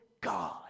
God